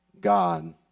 God